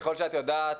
ככל שאת יודעת,